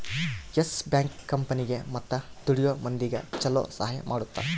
S Bank ಕಂಪನಿಗೇ ಮತ್ತ ದುಡಿಯೋ ಮಂದಿಗ ಚೊಲೊ ಸಹಾಯ ಮಾಡುತ್ತ